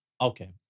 Okay